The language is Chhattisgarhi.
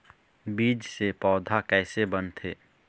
बीज से पौधा कैसे बनथे?